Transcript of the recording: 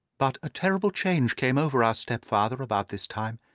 but a terrible change came over our stepfather about this time.